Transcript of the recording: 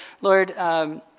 Lord